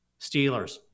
Steelers